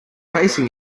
facing